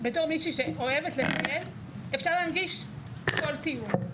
בתור מישהי שאוהבת לטייל אפשר להנגיש כל טיול,